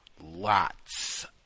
lots